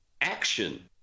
action